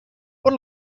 por